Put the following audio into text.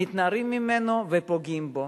מתנערים ממנו ופוגעים בו.